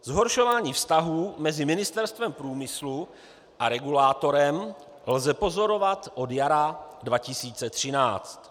Zhoršování vztahů mezi Ministerstvem průmyslu a regulátorem lze pozorovat od jara 2013.